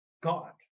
God